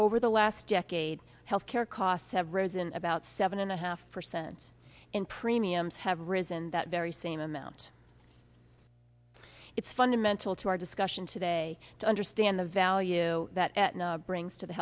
over the last decade health care costs have risen about seven and a half percent in premiums have risen that very same amount it's fundamental to our discussion today to understand the value that brings to the